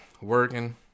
working